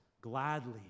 gladly